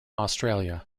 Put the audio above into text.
australia